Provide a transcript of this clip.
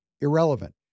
Irrelevant